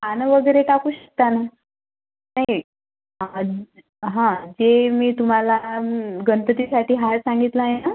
पानं वगैरे टाकू शकता ना नाही हं जे मी तुम्हाला गणपतीसाठी हार सांगितला आहे ना